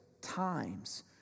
times